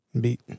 Beat